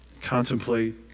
contemplate